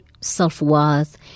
self-worth